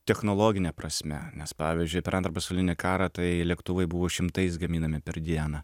technologine prasme nes pavyzdžiui per antrą pasaulinį karą tai lėktuvai buvo šimtais gaminami per dieną